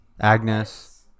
Agnes